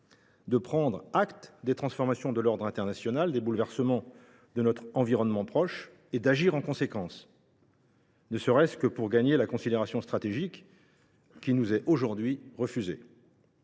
de prendre acte des transformations de l’ordre international et des bouleversements de notre environnement proche, et d’agir en conséquence, ne serait ce que pour gagner la considération stratégique qui nous est aujourd’hui refusée.